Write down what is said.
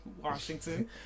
Washington